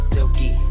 Silky